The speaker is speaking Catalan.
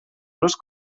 los